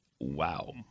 Wow